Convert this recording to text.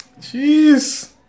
Jeez